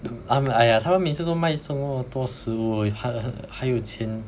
um um !aiya! 他们每次都卖这么多事物还还有钱